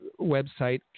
website